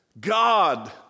God